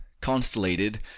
constellated